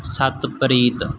Satpreet